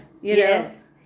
Yes